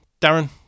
Darren